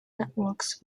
networks